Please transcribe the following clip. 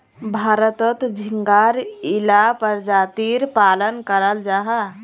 भारतोत झिंगार इला परजातीर पालन कराल जाहा